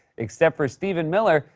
except for stephen miller,